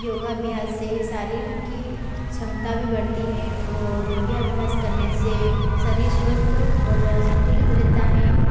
योगाभ्यास से शरीर की क्षमता भी बढ़ती हैं और योगाभ्यास करने से शरीर स्वस्थ और संतुलित रहता है